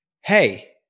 Hey